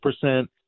percent